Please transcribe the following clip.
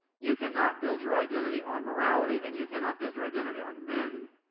you cannot build your identity on morality and you cannot build your identity on men.